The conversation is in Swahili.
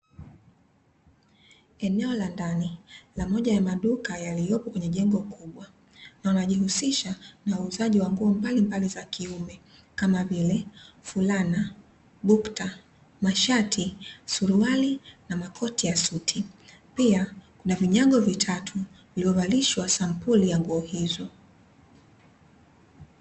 Eneo la ndani la moja ya maduka yaliyoko kwenye jengo kubwa. Wanajihusisha na uuzaji wa nguo mbalimbali za kiume kama vile: fulana, bukta, mashati, suruali na makoti ya suti, pia kuna vinyago vitatu vilivyovalishwa sampuli ya nguo hizo.